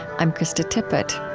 i'm krista tippett